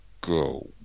go